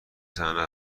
صحنه